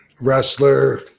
wrestler